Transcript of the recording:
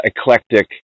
eclectic